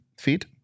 Feet